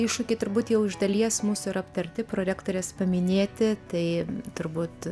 iššūkiai turbūt jau iš dalies mūsų ir aptarti prorektorės paminėti tai turbūt